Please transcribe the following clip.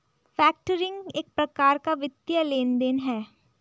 factoring एक प्रकार का वित्तीय लेन देन है